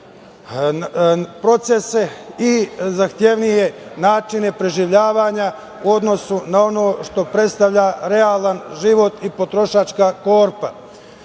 procese i zahtevnije načine preživljavanja u odnosu na ono što predstavlja realan život i potrošačka korpa. Tome